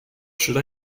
should